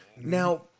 Now